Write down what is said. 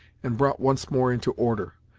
and brought once more into order.